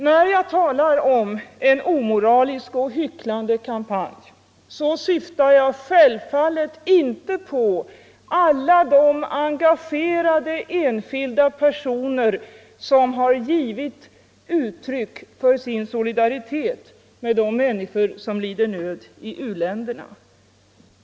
När jag talar om en omoralisk och hycklande kampanj, syftar jag självfallet inte på alla de engagerade enskilda personer som har givit uttryck för sin solidaritet med de människor som lider nöd i u-länderna.